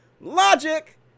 logic